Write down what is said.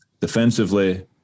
defensively